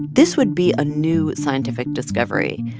this would be a new scientific discovery.